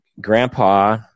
grandpa